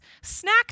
Snack